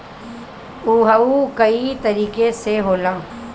उअहू कई कतीके के होला